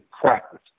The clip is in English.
practice